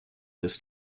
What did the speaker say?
this